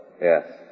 Yes